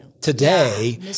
today